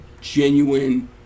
genuine